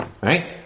right